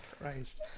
Christ